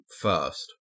first